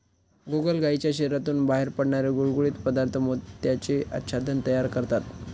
गोगलगायीच्या शरीरातून बाहेर पडणारे गुळगुळीत पदार्थ मोत्याचे आच्छादन तयार करतात